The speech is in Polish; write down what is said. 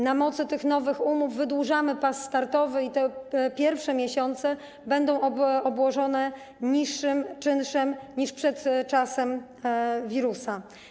Na mocy tych nowych umów wydłużamy pas startowy i te pierwsze miesiące będą obłożone niższym czynszem niż przed czasem wirusa.